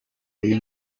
uyu